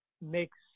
makes